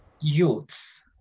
youths